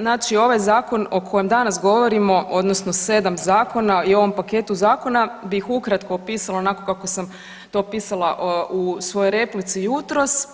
Znači ovaj zakon o kojem danas govorimo odnosno 7 zakona i ovom paketu zakona bih ukratko opisala onako sam to opisala u svojoj replici jutros,